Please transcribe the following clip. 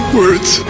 words